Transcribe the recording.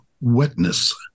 wetness